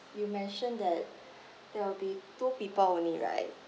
you mentioned that there will be two people only right